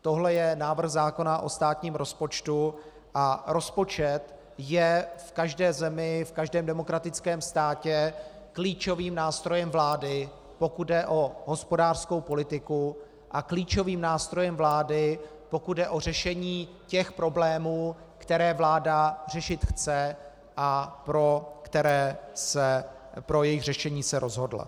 Tohle je návrh zákona o státním rozpočtu a rozpočet je v každé zemi, v každém demokratickém státě klíčovým nástrojem vlády, pokud jde o hospodářskou politiku, a klíčovým nástrojem vlády, pokud jde o řešení těch problémů, které vláda řešit chce a pro jejichž řešení se rozhodla.